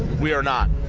we are not.